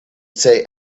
say